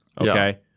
Okay